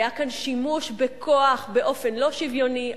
היה כאן שימוש בכוח באופן לא שוויוני,